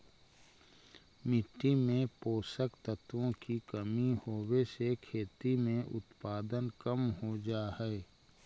मिट्टी में पोषक तत्वों की कमी होवे से खेती में उत्पादन कम हो जा हई